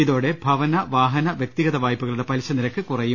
ഇതോടെ ഭവന വാഹന വൃക്തിഗത വായ്പകളുടെ പലിശ നിരക്ക് കുറയും